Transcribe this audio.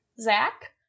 Zach